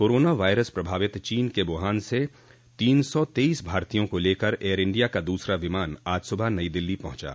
corona virus प्रभावित चीन के वुहान से तीन सौ तेइस भारतीयों को लेकर एयर इंडिया का दूसरा विमान आज सुबह नई दिल्ली पहुंचा